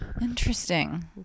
Interesting